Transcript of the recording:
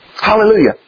Hallelujah